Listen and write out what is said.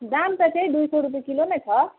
दाम त त्यही दुई सौ रुपियाँ किलो नै छ